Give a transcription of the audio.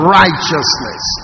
righteousness